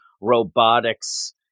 robotics